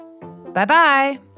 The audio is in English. Bye-bye